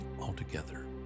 altogether